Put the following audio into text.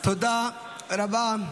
תודה רבה.